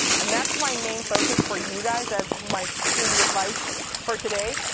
and that's my main focus for you guys, as for my security advice for today,